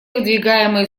выдвигаемые